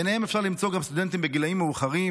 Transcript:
ביניהם אפשר למצוא גם סטודנטים בגילים מאוחרים,